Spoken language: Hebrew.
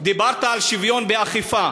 דיברת על שוויון באכיפה,